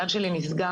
הגן שלי נסגר.